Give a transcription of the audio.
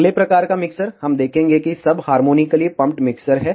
अगले प्रकार का मिक्सर हम देखेंगे कि सब हारमोनीकली पम्पड मिक्सर है